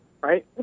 right